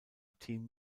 team